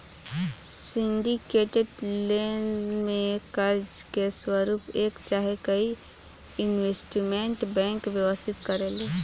syndicated loan में कर्जा के स्वरूप एक चाहे कई इन्वेस्टमेंट बैंक व्यवस्थित करेले